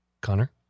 Connor